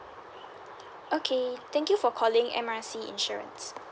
okay thank you for calling M R C insurance